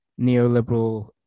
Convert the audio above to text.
neoliberal